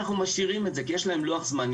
אנחנו משאירים את זה כי יש להם לוח זמנים,